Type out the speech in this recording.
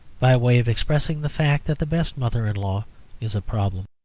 by way of expressing the fact that the best mother-in-law is a problem.